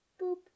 boop